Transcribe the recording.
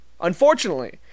unfortunately